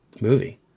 movie